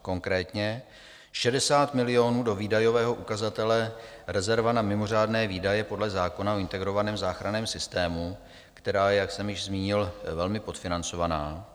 Konkrétně 60 milionů do výdajového ukazatele rezerva na mimořádné výdaje podle zákona o integrovaném záchranném systému, která je, jak jsem již zmínil, velmi podfinancovaná.